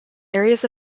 areas